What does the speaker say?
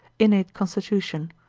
innate constitution,